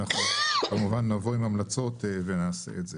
אנחנו כמובן נבוא עם המלצות ונעשה את זה.